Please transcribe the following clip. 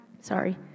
Sorry